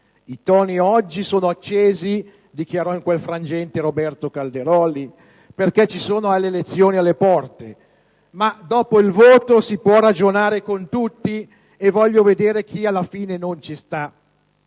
«I toni oggi sono accesi» - dichiarò in quel frangente Roberto Calderoli - «perché ci sono le elezioni alle porte. Ma dopo il voto si può ragionare con tutti e voglio vedere chi alla fine non ci sta».